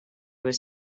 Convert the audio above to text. was